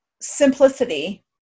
simplicity